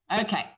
Okay